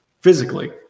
Physically